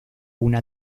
una